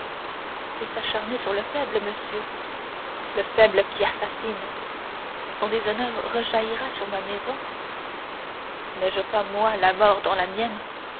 c'est s'acharner sur le faible monsieur le faible qui assassine son déshonneur rejaillirait sur ma maison n'ai-je pas moi la mort dans la mienne